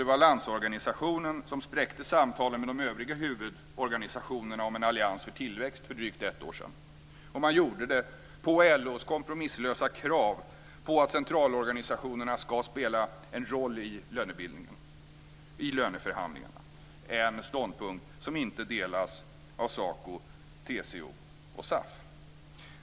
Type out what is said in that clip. Det var Landsorganisationen som spräckte samtalen med de övriga huvudorganisationerna om en allians för tillväxt för drygt ett år sedan, och man gjorde det genom LO:s kompromisslösa krav på att centralorganisationerna ska spela en roll i löneförhandlingarna. Det är en ståndpunkt som inte delas av SACO, TCO och SAF.